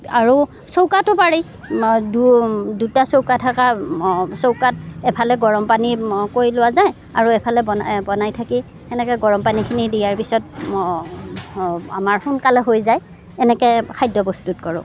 আৰু চৌকাটো পাৰি দুটা চৌকা থকা চৌকাত এফালে গৰম পানী কৰি লোৱা যায় আৰু এফালে বনাই বনাই থাকি এনেকৈ গৰম পানীখিনি দিয়াৰ পিছত আমাৰ সোনকালে হৈ যায় এনেকৈ খাদ্য প্ৰস্তুত কৰোঁ